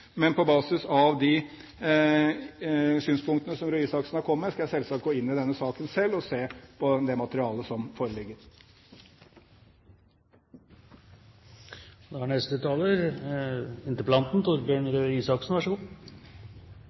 Men på basis av de synspunktene som Røe Isaksen her kom med, skal jeg selvsagt gå inn i denne saken selv og se på det materialet som foreligger. Først må jeg si at det sikkert er